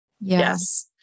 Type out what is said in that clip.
yes